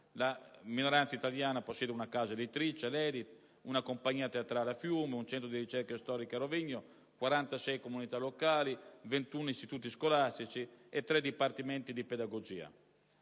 La minoranza italiana possiede una casa editrice (EDIT), una compagnia teatrale a Fiume, un centro di ricerche storiche a Rovigno, 46 comunità locali, 21 istituti scolastici e 3 dipartimenti di pedagogia.